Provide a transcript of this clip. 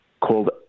called